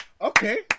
Okay